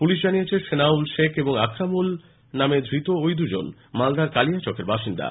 police জানিয়েছে সেনাউল শেখ এবং আক্রামুল নামে ধৃত ঐ দুজন মালদার কালিয়াচকের বাসিন্দা